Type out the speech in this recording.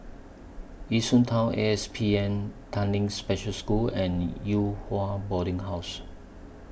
Yishun Town A S P N Tanglin Special School and Yew Hua Boarding House